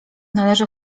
należy